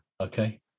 Okay